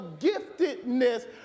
giftedness